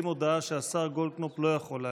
הודעה שהשר גולדקנופ לא יכול להגיע.